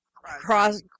cross